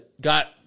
got